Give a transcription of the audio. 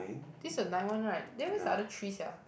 this a nine one right then where's the other three sia